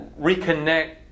reconnect